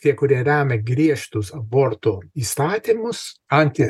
tie kurie remia griežtus abortų įstatymus anti